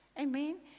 Amen